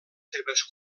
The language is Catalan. seves